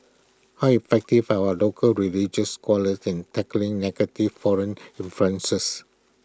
how effective for our local religious scholars in tackling negative foreign influences